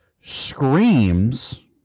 screams